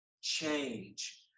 change